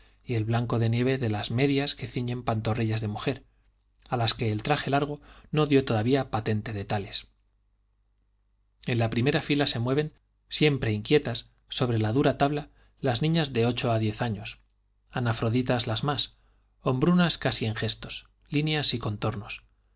y el blanco de nieve de las medias que ciñen pantorrillas de mujer a las que el traje largo no dio todavía patente de tales en la primera fila se mueven siempre inquietas sobre la dura tabla las niñas de ocho a diez años anafroditas las más hombrunas casi en gestos líneas y contornos